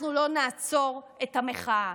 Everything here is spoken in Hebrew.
אנחנו לא נעצור את המחאה.